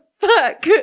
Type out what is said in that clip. Fuck